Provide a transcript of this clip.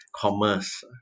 commerce